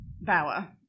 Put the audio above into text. Bower